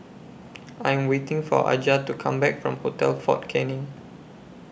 I Am waiting For Aja to Come Back from Hotel Fort Canning